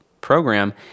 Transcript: program